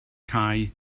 cau